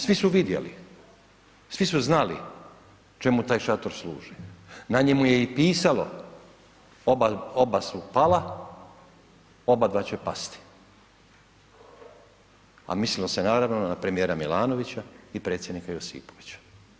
Svi su vidjeli, svi su znali čemu taj šator služi, na njemu je i pisalo „Oba su pala, obadva će pasti“, a mislilo se, naravno, na premijera Milanovića i predsjednika Josipovića.